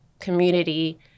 community